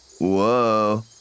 whoa